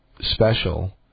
special